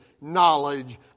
knowledge